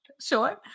sure